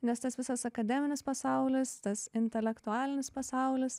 nes tas visas akademinis pasaulis tas intelektualinis pasaulis